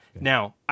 Now